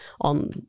on